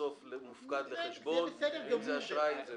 בסוף זה מופקד לחשבון, ואם זה אשראי זה בסדר.